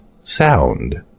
sound